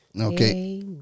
Okay